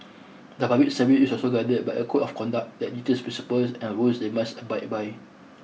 the public service is also guided by a code of conduct that details principles and rules they must abide by